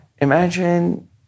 imagine